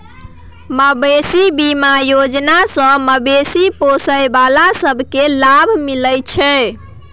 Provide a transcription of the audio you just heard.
मबेशी बीमा योजना सँ मबेशी पोसय बला सब केँ लाभ मिलइ छै